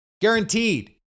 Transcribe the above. Guaranteed